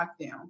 lockdown